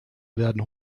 werden